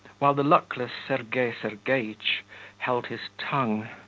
while the luckless sergei sergeitch held his tongue,